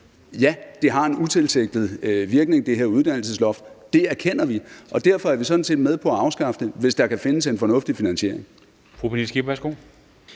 har en utilsigtet virkning, det erkender vi, og derfor er vi sådan set med på at afskaffe det, hvis der kan findes en fornuftig finansiering.